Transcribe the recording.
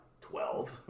Twelve